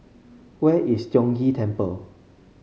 where is Tiong Ghee Temple